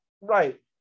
Right